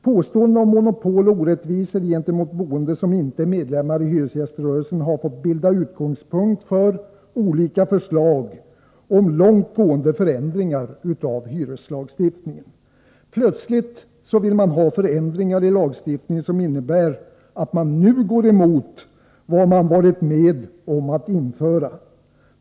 Påståendena om monopol och orättvisor gentemot boende som inte är medlemmar i hyresgäströrelsen har fått bilda utgångspunkt för olika förslag om långt gående förändringar av hyreslagstiftningen. Plötsligt vill man ha förändringar i lagstiftningen som innebär att man nu går emot vad man varit med om att införa.